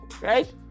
right